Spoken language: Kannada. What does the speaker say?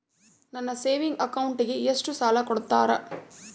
ನನ್ನ ಸೇವಿಂಗ್ ಅಕೌಂಟಿಗೆ ಎಷ್ಟು ಸಾಲ ಕೊಡ್ತಾರ?